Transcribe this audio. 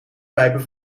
pijpen